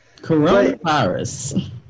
Coronavirus